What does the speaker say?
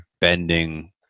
bending